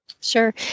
Sure